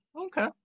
okay